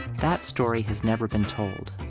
that story has never been told.